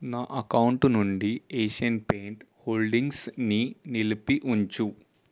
నా అకౌంటు నుండి Asian paint హోల్డింగ్స్ని నిలిపి ఉంచు